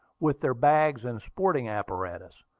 with their bags and sporting apparatus.